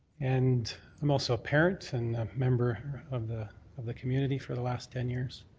and i'm also a parent and a member of the of the community for the last ten years.